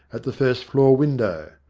at the first floor window.